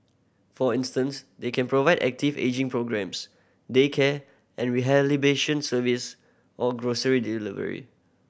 for instance they can provide active ageing programmes daycare and rehabilitation services or grocery delivery